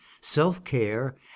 self-care